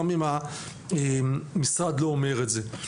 גם אם המשרד לא אומר את זה.